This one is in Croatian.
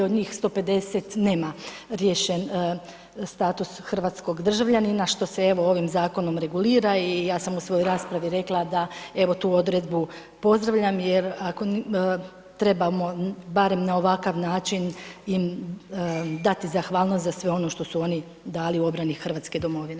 Od njih 150 nema riješen status hrvatskog državljanina što se evo ovim zakonom regulira i ja sam u svojoj raspravi rekla da evo tu odredbu pozdravljam jer ako trebamo barem na ovakav način im dati zahvalnost za sve ono što su oni dali u obrani Hrvatske domovine.